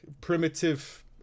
primitive